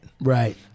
Right